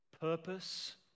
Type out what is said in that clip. purpose